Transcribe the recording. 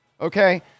Okay